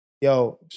yo